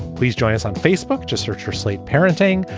please join us on facebook. just search for slate parenting.